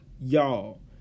y'all